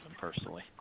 Personally